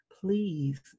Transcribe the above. please